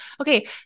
okay